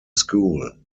school